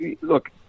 look